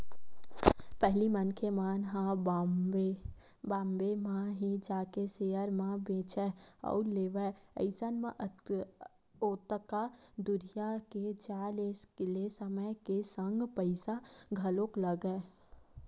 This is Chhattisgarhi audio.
पहिली मनखे मन ह बॉम्बे म ही जाके सेयर ल बेंचय अउ लेवय अइसन म ओतका दूरिहा के जाय ले समय के संग पइसा घलोक लगय